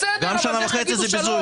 בסדר, אבל להגיד שלוש